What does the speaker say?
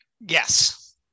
Yes